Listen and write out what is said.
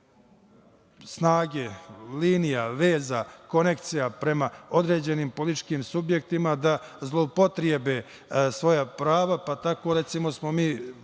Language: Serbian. snage, linija, veza, konekcija prema određenim političkim subjektima da zloupotrebe svoja prava, pa tako recimo smo mi